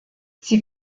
sie